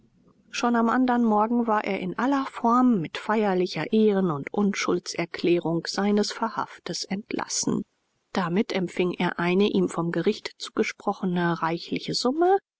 schon am andern morgen war er in aller form mit feierlicher ehren und unschuldserklärung seines verhaftes entlassen dabei empfing er eine ihm vom gericht zugesprochene reichliche summe